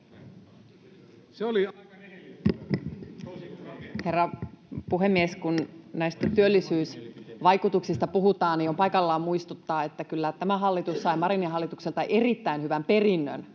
Herra puhemies! Kun näistä työllisyysvaikutuksista puhutaan, niin on paikallaan muistuttaa, että kyllä tämä hallitus sai Marinin hallitukselta erittäin hyvän perinnön,